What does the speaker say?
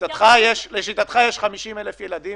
50,000 ילדים,